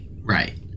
right